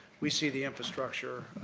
we see the infrastructure